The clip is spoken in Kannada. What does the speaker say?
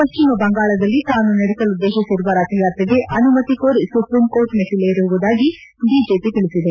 ಪಶ್ಚಿಮ ಬಂಗಾಳದಲ್ಲಿ ತಾನು ನಡೆಸಲುದ್ದೇತಿಸಿರುವ ರಥಯಾತ್ರೆಗೆ ಅನುಮತಿ ಕೋರಿ ಸುಪ್ರೀಂಕೋರ್ಟ್ ಮೆಟ್ಲಲೇರುವುದಾಗಿ ಬಿಜೆಪಿ ತಿಳಿಸಿದೆ